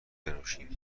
بنوشیم